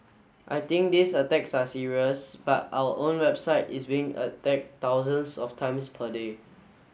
I think these attacks are serious but our own website is being attack thousands of times per day